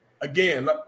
again